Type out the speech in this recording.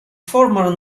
former